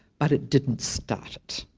but it didn't start it